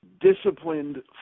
disciplined